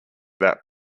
that